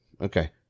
Okay